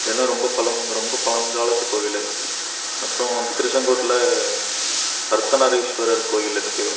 இதெல்லாம் ரொம்பப் பழம் ரொம்பப் பழங்காலத்து கோவில் அப்புறம் வந்து திருச்செங்கோட்டில் அர்த்தநாரீஸ்வரர் கோயில் இருக்குது